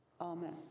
Amen